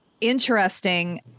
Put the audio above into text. interesting